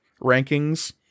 rankings